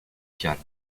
cale